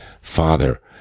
Father